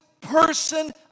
person